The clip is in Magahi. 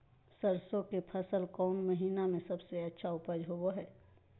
सरसों के फसल कौन महीना में सबसे अच्छा उपज होबो हय?